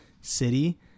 city